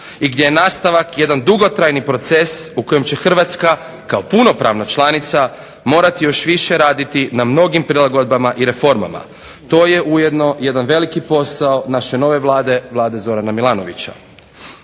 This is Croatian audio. i gdje je nastavak jedan dugotrajni proces u kojem će Hrvatska kao punopravna članica morati još više raditi na mnogim prilagodbama i reformama. To je ujedno jedan veliki posao naše nove Vlade, Vlade Zorana Milanovića.